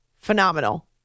Phenomenal